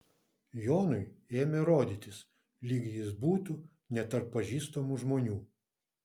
jonui ėmė rodytis lyg jis būtų ne tarp pažįstamų žmonių